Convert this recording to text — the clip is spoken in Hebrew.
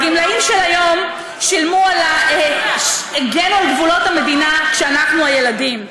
הגמלאים של היום הגנו על גבולות המדינה כשאנחנו היינו ילדים.